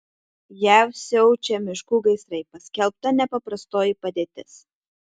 jav siaučia miškų gaisrai paskelbta nepaprastoji padėtis